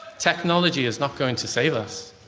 technology is not going to save us.